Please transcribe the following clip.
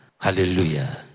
Hallelujah